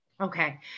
Okay